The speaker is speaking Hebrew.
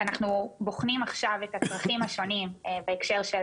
אנחנו בוחנים עכשיו את הצרכים השונים בהקשר של